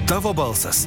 tavo balsas